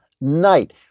night